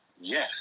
Yes